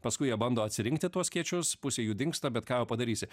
paskui jie bando atsirinkti tuos skėčius pusė jų dingsta bet ką jau padarysi